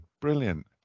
brilliant